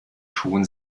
schon